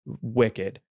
wicked